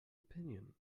opinion